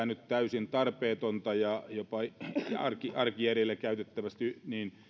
nyt täysin tarpeetonta ja jopa arkijärjellä käytettävästi